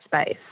space